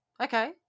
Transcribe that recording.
Okay